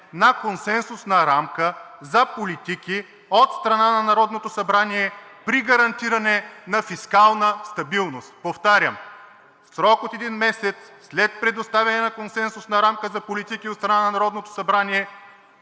на консенсусна рамка за политики от страна на Народното събрание при гарантиране на фискална стабилност“. Повтарям: „в срок от един месец след предоставяне на консенсусна рамка за политики от страна на Народното събрание